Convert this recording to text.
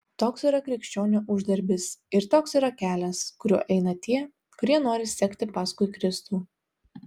toks yra krikščionio uždarbis ir toks yra kelias kuriuo eina tie kurie nori sekti paskui kristų